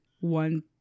one